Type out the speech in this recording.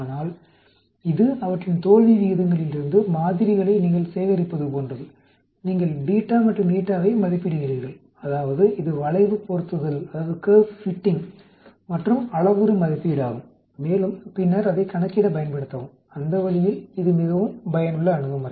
ஆனால் இது அவற்றின் தோல்வி விகிதங்களிலிருந்து மாதிரிகளை நீங்கள் சேகரிப்பது போன்றது நீங்கள் β மற்றும் η வை மதிப்பிடுகிறீர்கள் அதாவது இது வளைவு பொருத்துதல் மற்றும் அளவுரு மதிப்பீடு ஆகும் மேலும் பின்னர் அதை கணக்கிட பயன்படுத்தவும் அந்த வழியில் இது மிகவும் பயனுள்ள அணுகுமுறை